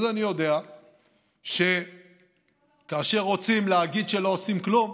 אז אני יודע שכאשר רוצים להגיד שלא עושים כלום,